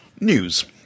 News